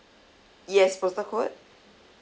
yes postal code